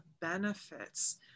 benefits